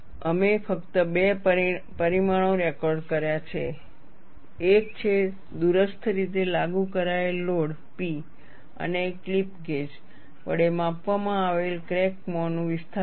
અમે ફક્ત બે પરિમાણો રેકોર્ડ કર્યા છે એક છે દૂરસ્થ રીતે લાગુ કરાયેલ લોડ P અને ક્લિપ ગેજ વડે માપવામાં આવેલ ક્રેક મોંનું વિસ્થાપન